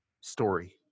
story